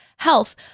health